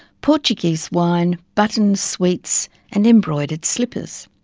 portuguese wine, buttons, sweets and embroidered slippers.